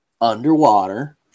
Underwater